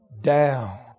Down